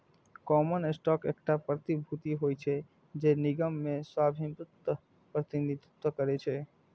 common stock एकटा प्रतिभूति होइ छै, जे निगम मे स्वामित्वक प्रतिनिधित्व करै छै